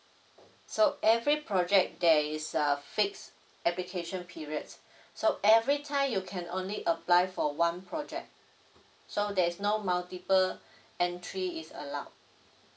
so every project there is a fixed application periods so every time you can only apply for one project so there's no multiple entry is allowed